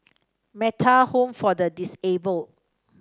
Metta Home for the Disabled